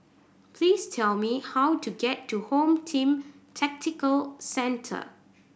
please tell me how to get to Home Team Tactical Centre